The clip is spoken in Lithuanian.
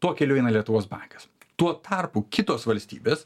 tuo keliu eina lietuvos bankas tuo tarpu kitos valstybės